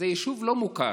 זה עדיין יישוב לא מוכר,